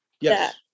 Yes